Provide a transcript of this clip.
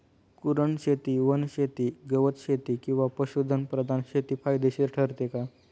कुरणशेती, वनशेती, गवतशेती किंवा पशुधन प्रधान शेती फायदेशीर ठरते का?